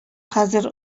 хәзер